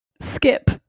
Skip